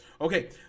okay